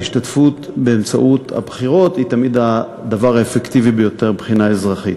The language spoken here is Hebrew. ההשתתפות באמצעות הבחירות היא תמיד הדבר האפקטיבי ביותר מבחינה אזרחית.